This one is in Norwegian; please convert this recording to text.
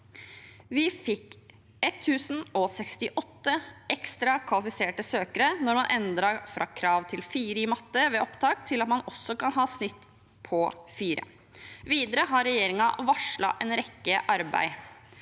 Vi fikk 1 068 ekstra kvalifiserte søkere da man endret fra krav til 4 i matte ved opptak til at man også kan ha et snitt på 4. Videre har regjeringen varslet en rekke arbeid.